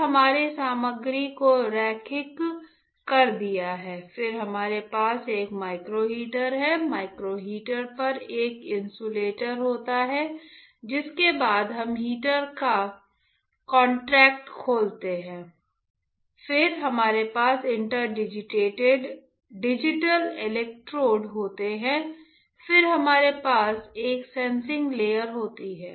फिर हमने सामग्री को रैखिक कर दिया है कि हमारे पास एक माइक्रो हीटर है माइक्रो हीटर पर एक इंसुलेटर होता है जिसके बाद हम हीटर का कॉन्टैक्ट खोलते हैं फिर हमारे पास इंटर डिजिटल इलेक्ट्रोड होते हैं फिर हमारे पास एक सेंसिंग लेयर होती है